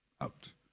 Out